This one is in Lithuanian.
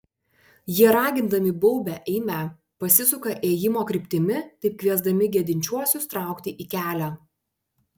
jie ragindami baubia eime pasisuka ėjimo kryptimi taip kviesdami gedinčiuosius traukti į kelią